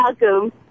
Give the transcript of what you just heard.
welcome